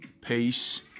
Peace